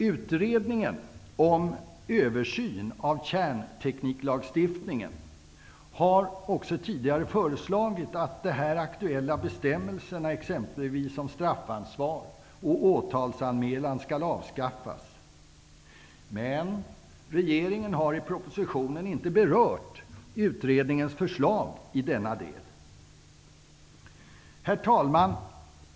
Utredningen om översyn av kärntekniklagstiftningen har också tidigare föreslagit att de här aktuella bestämmelserna, om exempelvis straffansvar och åtalsanmälan, skall avskaffas. Regeringen har inte i propositionen berört utredningens förslag i denna del. Herr talman!